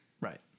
Right